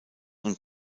und